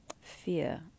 Fear